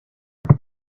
tomm